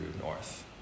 north